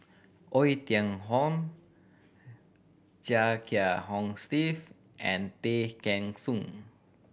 Oei Tiong Ham Chia Kiah Hong Steve and Tay Kheng Soon